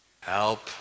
help